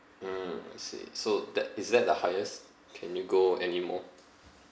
mm I see so that is that the highest can you go anymore